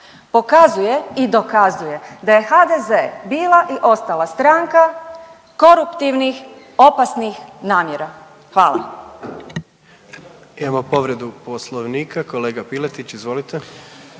pokazuje i dokazuje da je HDZ bila i ostala stranka koruptivnih, opasnih namjera. Hvala.